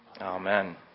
Amen